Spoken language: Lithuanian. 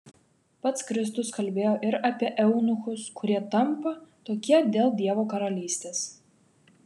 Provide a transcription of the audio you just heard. pats kristus kalbėjo ir apie eunuchus kurie tampa tokie dėl dievo karalystės